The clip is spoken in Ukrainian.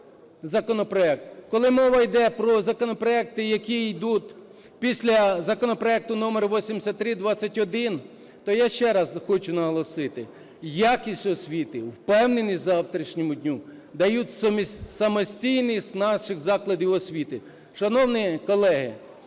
Коли мова йде про законопроекти, які йдуть після законопроекту номер 8321, то я ще раз хочу наголосити, якість освіти, впевненість в завтрашньому дні дають самостійність наших закладів освіти. Шановні колеги,